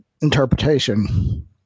interpretation